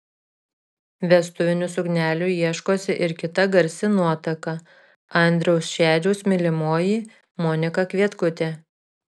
vestuvinių suknelių ieškosi ir kita garsi nuotaka andriaus šedžiaus mylimoji monika kvietkutė